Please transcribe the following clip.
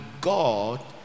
God